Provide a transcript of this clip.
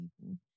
people